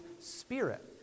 spirit